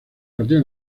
partido